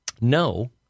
No